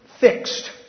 fixed